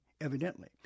Evidently